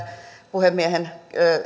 puhemiestä